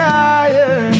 higher